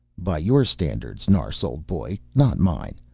by your standards, nars old boy, not mine.